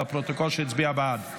שהצביעה בעד.